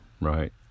right